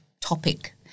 topic